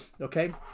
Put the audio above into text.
Okay